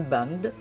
Band